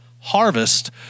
Harvest